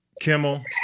Kimmel